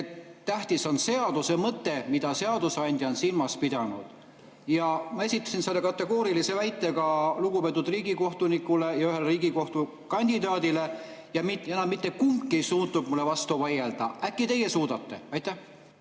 tähtis on seaduse mõte, mida seadusandja on silmas pidanud. Ma esitasin selle kategoorilise väite ka ühele lugupeetud riigikohtunikule ja ühele riigi[kohtuniku] kandidaadile ja mitte kumbki ei suutnud mulle vastu vaielda. Äkki teie suudate? Aitäh,